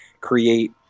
create